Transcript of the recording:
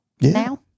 now